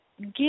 give